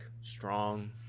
strong